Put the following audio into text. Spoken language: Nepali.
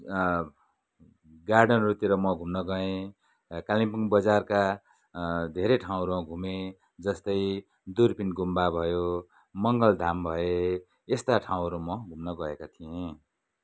गार्डनहरूतिर म घुम्न गएँ कालिम्पोङ बजारका धेरै ठाउँहरूमा घुमेँ जस्तै दुर्पिन गुम्बा भयो मङ्गलधाम भए यस्ता ठाउँहरू म घुम्न गएको थिएँ